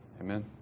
Amen